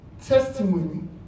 testimony